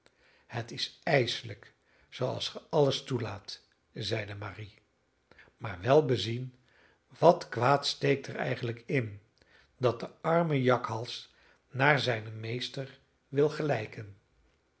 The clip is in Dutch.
het is ijselijk zooals gij alles toelaat zeide marie maar wel bezien wat kwaad steekt er eigenlijk in dat de arme jakhals naar zijnen meester wil gelijken